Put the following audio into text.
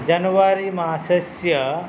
जान्वरि मासस्य